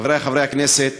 חברי חברי הכנסת,